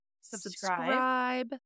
Subscribe